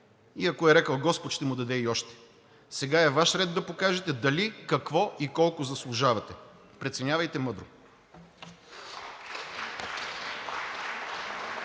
и ако е рекъл господ – ще му даде и още. Сега е Ваш ред да покажете дали, какво и колко заслужавате. Преценявайте мъдро!